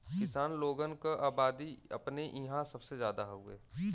किसान लोगन क अबादी अपने इंहा सबसे जादा हउवे